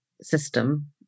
system